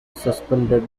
suspended